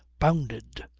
bounded!